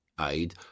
aid